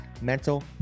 Mental